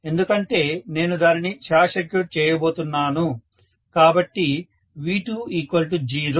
ఎందుకంటే నేను దానిని షార్ట్ సర్క్యూట్ చేయబోతున్నాను కాబట్టి V20